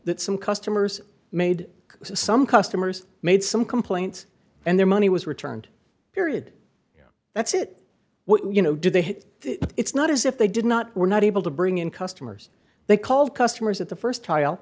that some customers made some customers made some complaints and their money was returned period that's it what you know do they it's not as if they did not were not able to bring in customers they called customers at the st trial